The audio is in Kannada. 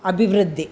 ಅಭಿವೃದ್ದಿ